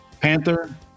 panther